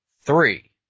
three